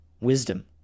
wisdom